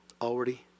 Already